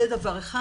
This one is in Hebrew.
זה דבר אחד.